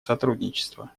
сотрудничества